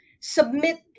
submit